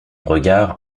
regard